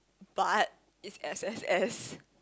but is S_S_S